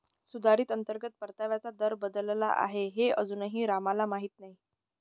सुधारित अंतर्गत परताव्याचा दर बदलला आहे हे अजूनही रामला माहीत नाही